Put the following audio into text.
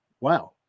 Wow